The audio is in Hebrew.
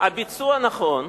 הביצוע נכון,